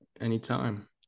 anytime